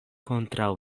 kontraŭ